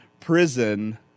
prison